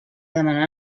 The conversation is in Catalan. demanar